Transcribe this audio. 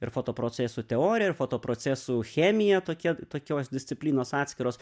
ir foto procesų teorija ir foto procesų chemija tokie tokios disciplinos atskiros